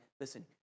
listen